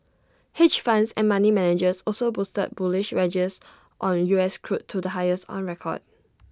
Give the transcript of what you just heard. hedge funds and money managers also boosted bullish wagers on us crude to the highest on record